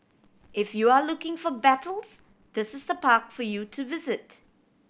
if you're looking for battles this is the park for you to visit